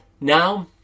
Now